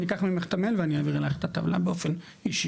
אני אקח ממך את המייל ואני אעביר לך את הטבלה באופן אישי.